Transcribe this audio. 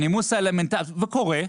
וקורה,